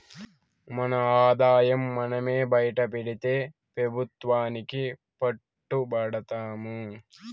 మన ఆదాయం మనమే బైటపెడితే పెబుత్వానికి పట్టు బడతాము